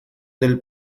del